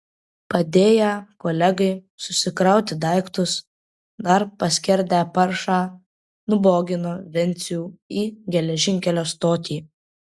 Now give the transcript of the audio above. padėję kolegai susikrauti daiktus dar paskerdę paršą nubogino vencių į geležinkelio stotį